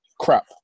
crap